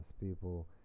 people